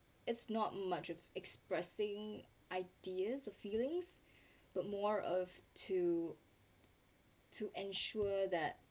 it's not much of expressing ideas or feelings but more of to to ensure that